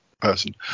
person